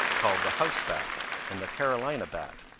called the house bat and the carolina bat.